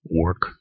work